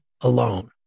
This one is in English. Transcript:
alone